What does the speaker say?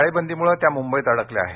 टाळेबंदीमुळे त्या मुंबईत अडकल्या आहेत